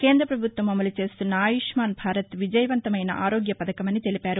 కేంద్ర ప్రభుత్వం అమలు చేస్తున్న ఆయుష్మాన్ భారత్ విజయవంతమైన ఆరోగ్యపధకమనితెలిపారు